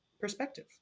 perspective